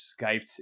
skyped